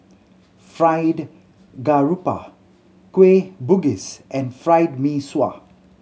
Fried Garoupa Kueh Bugis and Fried Mee Sua